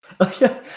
okay